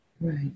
Right